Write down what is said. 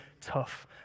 tough